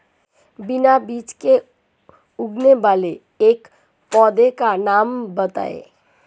बिना बीज के उगने वाले एक पौधे का नाम बताइए